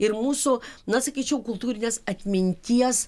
ir mūsų na sakyčiau kultūrinės atminties